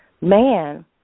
Man